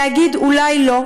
להגיד: אולי לא,